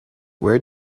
where